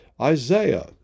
Isaiah